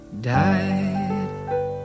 died